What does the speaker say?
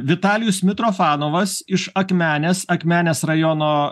vitalijus mitrofanovas iš akmenes akmenės rajono